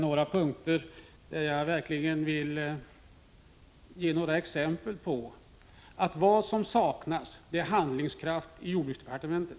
Jag har här givit några exempel på att vad som verkligen saknas är handlingskraft i jordbruksdepartementet.